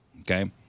okay